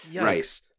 right